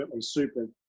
super